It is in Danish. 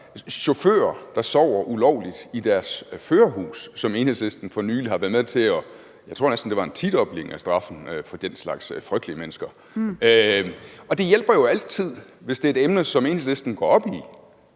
chauffører, der sover ulovligt i deres førerhus, hvor Enhedslisten for nylig har været med til at hæve straffen – jeg tror næsten, det var en tidobling af straffen for den slags frygtelige mennesker. Det hjælper jo altid, hvis det er et emne, som Enhedslisten går op i,